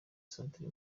centre